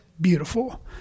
beautiful